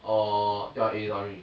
err ya it is ahri